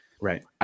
Right